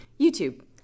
YouTube